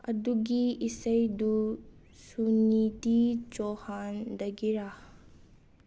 ꯑꯗꯨꯒꯤ ꯏꯁꯩꯗꯨ ꯁꯨꯅꯤꯗꯤ ꯆꯣꯍꯥꯟꯗꯒꯤꯔꯥ